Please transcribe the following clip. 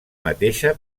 mateixa